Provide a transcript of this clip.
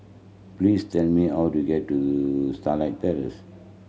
please tell me how to get to Starlight Terrace